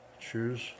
choose